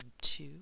two